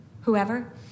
whoever